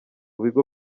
bigo